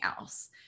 else